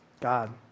God